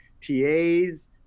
TAs